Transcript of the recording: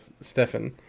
Stefan